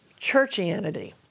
churchianity